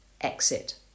exit